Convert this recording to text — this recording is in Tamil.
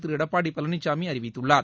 திரு எடப்பாடி பழனிசாமி அறிவித்துள்ளார்